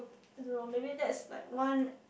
I don't know maybe that's like one